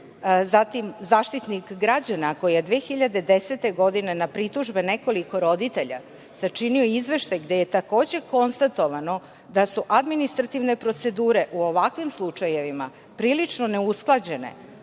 Zaštitnik građana koji je 2010. godine na pritužbe nekoliko roditelja sačinio izveštaj gde je takođe konstatovano da su administrativne procedure u ovakvim slučajevima prilično neusklađene,